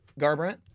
Garbrandt